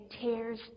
tears